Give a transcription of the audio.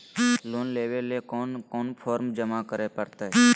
Loan लेवे ले कोन कोन फॉर्म जमा करे परते?